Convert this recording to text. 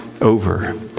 over